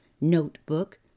notebook